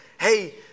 hey